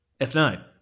F9